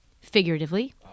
figuratively